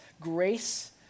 grace